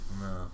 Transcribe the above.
No